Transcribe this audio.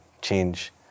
change